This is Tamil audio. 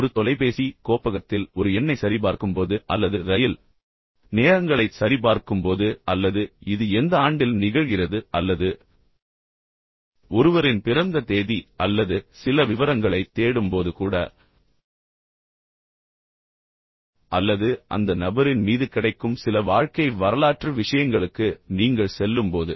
ஒரு தொலைபேசி கோப்பகத்தில் ஒரு எண்ணைச் சரிபார்க்கும்போது அல்லது ரயில் நேரங்களைச் சரிபார்க்கும்போது அல்லது இது எந்த ஆண்டில் நிகழ்கிறது அல்லது ஒருவரின் பிறந்த தேதி அல்லது சில விவரங்களைத் தேடும்போது கூட அல்லது அந்த நபரின் மீது கிடைக்கும் சில வாழ்க்கை வரலாற்று விஷயங்களுக்கு நீங்கள் செல்லும்போது